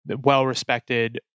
well-respected